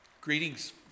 Greetings